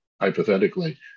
hypothetically